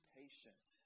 patient